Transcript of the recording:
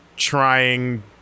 Trying